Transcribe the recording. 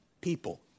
people